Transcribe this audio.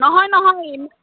নহয় নহয়